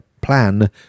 plan